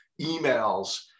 emails